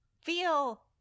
feel